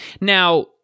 now